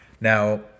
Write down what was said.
Now